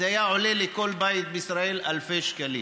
זה היה עולה לכל בית בישראל אלפי שקלים.